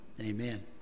Amen